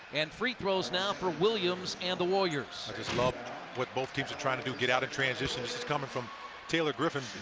and free throws now for williams and the warriors. i just love what both teams are trying to do, get out of transition. this is coming from taylor griffin,